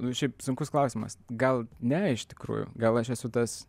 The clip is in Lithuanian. nu šiaip sunkus klausimas gal ne iš tikrųjų gal aš esu tas